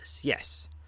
Yes